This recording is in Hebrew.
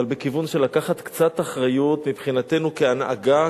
אבל בכיוון של לקחת קצת אחריות מבחינתנו כהנהגה,